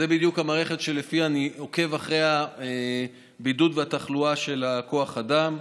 זו בדיוק המערכת שלפיה אני עוקב אחרי הבידוד והתחלואה של כוח האדם,